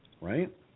right